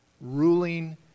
ruling